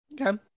Okay